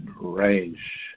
range